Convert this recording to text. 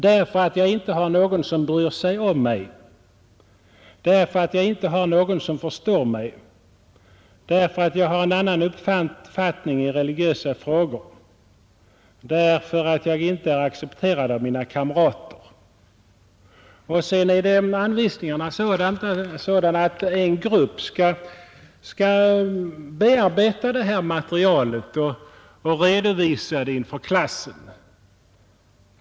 .. därför att jag inte har någon som bryr sig om mig därför att jag inte har någon som förstår mig därför att jag har en annan uppfattning i religiösa därför att jag har en annan uppfattning i moraliska därför att jag inte är accepterad av mina kamrater.” Enligt anvisningarna skall en grupp bearbeta detta material och redovisa det inför klassen.